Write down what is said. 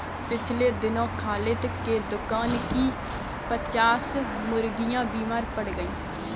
पिछले दिनों खालिद के दुकान की पच्चास मुर्गियां बीमार पड़ गईं